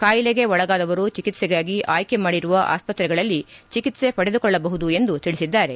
ಕಾಯಿಲೆಗೆ ಒಳಗಾದವರು ಚಿಕಿತ್ಸೆಗಾಗಿ ಆಯ್ಕೆ ಮಾಡಿರುವ ಆಸ್ತತ್ರೆಗಳಲ್ಲಿ ಚಿಕಿತ್ಸೆ ಪಡೆದುಕೊಳ್ಳ ಬಹುದು ಎಂದು ತಿಳಿಸಿದ್ದಾರೆ